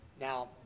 Now